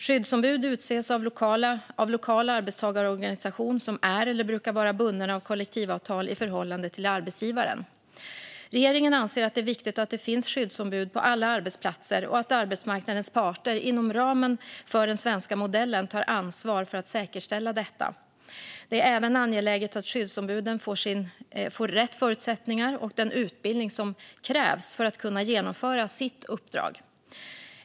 Skyddsombud utses av lokal arbetstagarorganisation som är eller brukar vara bunden av kollektivavtal i förhållande till arbetsgivaren. Regeringen anser att det är viktigt att det finns skyddsombud på alla arbetsplatser och att arbetsmarknadens parter inom ramen för den svenska modellen tar ansvar för att säkerställa detta. Det är även angeläget att skyddsombuden får rätt förutsättningar och den utbildning som krävs för att kunna genomföra sitt uppdrag.